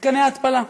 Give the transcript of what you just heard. מתקני ההתפלה.